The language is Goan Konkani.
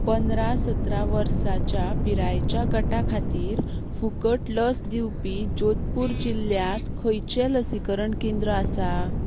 पंदरा सतरा वर्सांच्या पिरायेच्या गटा खातीर फुकट लस दिवपी जोधपूर जिल्ल्यात खंयचें लसीकरण केंद्र आसा